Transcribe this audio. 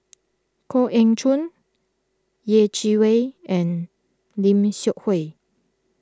Koh Eng Chun Yeh Chi Wei and Lim Seok Hui